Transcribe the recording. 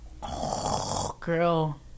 Girl